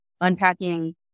unpacking